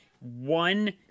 One